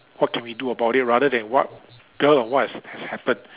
what can we do about it rather than what because of what has happened